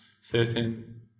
certain